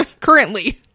Currently